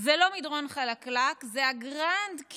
זה לא מדרון חלקלק, זה הגרנד-קניון